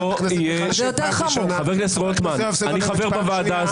לא יהיה דיון בלי חוות דעת.